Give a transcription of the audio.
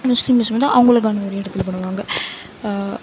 Muslims வந்து அவங்களுக்கான ஒரு இடத்துல பண்ணுவாங்க